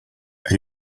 are